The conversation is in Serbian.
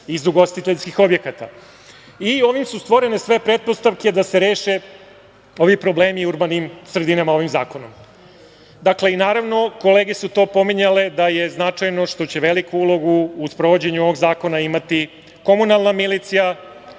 iz ugostiteljskih objekata. Ovim su stvorene sve pretpostavke da se reše ovi problemi u urbanim sredinama ovim zakonom. Kolege su to pominjale, naravno da je značajno što će veliku ulogu u sprovođenju ovog zakona imati komunalna milicija,